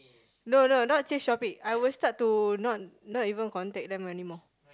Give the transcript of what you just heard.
no no not change topic I would start to not not even contact them anymore